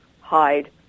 hide